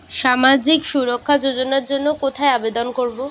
সামাজিক সুরক্ষা যোজনার জন্য কোথায় আবেদন করব?